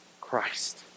Christ